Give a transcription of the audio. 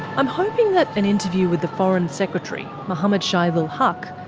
i'm hoping that an interview with the foreign secretary, mohammed shahidul haque,